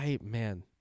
Man